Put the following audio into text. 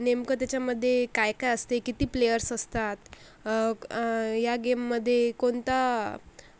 नेमकं त्याच्यामध्ये काय काय असते किती प्लेयर्स असतात या गेममध्ये कोणता